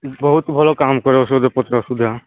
ବହୁତ ଭଲ କାମ କରେ ଔଷଧ ପତ୍ର ସୁଧା